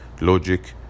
logic